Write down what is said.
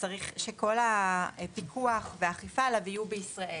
יהיו בישראל.